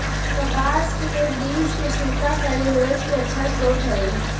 कपास के बीज के छिलका सैलूलोज के अच्छा स्रोत हइ